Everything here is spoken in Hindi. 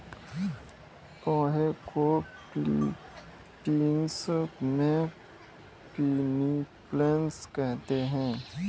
पोहे को फ़िलीपीन्स में पिनीपिग कहते हैं